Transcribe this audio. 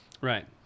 Right